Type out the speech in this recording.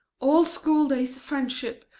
all school-days' friendship,